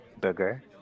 burger